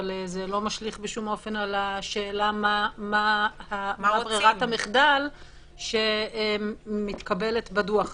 אבל זה לא משליך בשום אופן על השאלה מה ברירת המחדל שמתקבלת בדוח הזה.